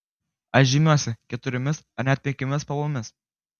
aš žymiuosi keturiomis ar net penkiomis spalvomis